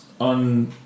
on